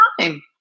time